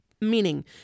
meaning